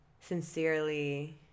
sincerely